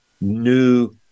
new